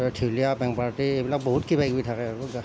ঢুলীয়া band party এইবিলাক বহুত কিবাকিবি থাকে